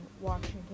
Washington